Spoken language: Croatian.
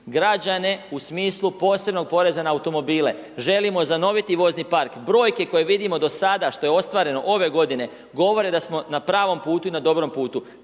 građane u smislu posebnog poreza na automobile. Želimo .../Govornik se ne razumije./... vozni park. Brojke koje vidimo do sada šta je ostvareno ove godine govore da smo na pravom putu i na dobrom putu.